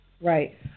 Right